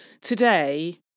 today